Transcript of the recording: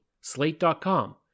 Slate.com